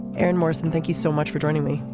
aaron morrison thank you so much for joining me.